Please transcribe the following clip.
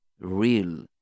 real